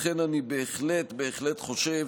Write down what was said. לכן אני בהחלט חושב